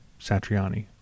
Satriani